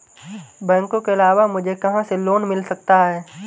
बैंकों के अलावा मुझे कहां से लोंन मिल सकता है?